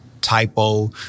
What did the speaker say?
Typo